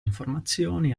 informazioni